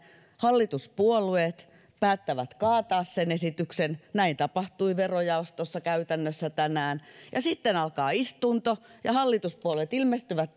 hallituspuolueet päättävät kaataa sen esityksen näin tapahtui verojaostossa käytännössä tänään ja sitten alkaa istunto ja hallituspuolueet ilmestyvät